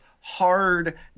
hard